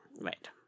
Right